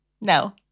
No